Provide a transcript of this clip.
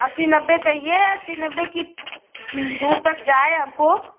अस्सी नब्बे चहिए अस्सी नब्बे की दूर तक जाए हमको